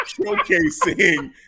showcasing